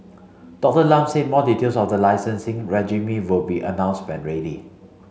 Doctor Lam said more details of the licensing regime will be announced when ready